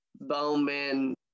Bowman